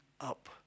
up